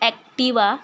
Activa